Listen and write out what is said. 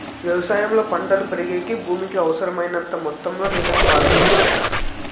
వ్యవసాయంలో పంటలు పెరిగేకి భూమికి అవసరమైనంత మొత్తం లో నీళ్ళను పారబెడతారు